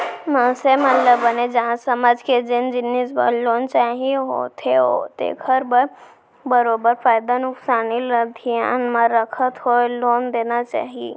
मनसे मन ल बने जान समझ के जेन जिनिस बर लोन चाही होथे तेखर बर बरोबर फायदा नुकसानी ल धियान म रखत होय लोन लेना चाही